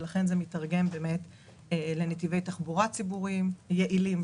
ולכן זה מתורגם לנתיבי תחבורה ציבוריים יעילים,